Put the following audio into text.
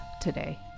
today